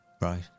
Right